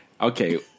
Okay